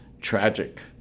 tragic